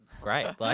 great